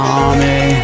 army